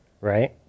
Right